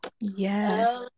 Yes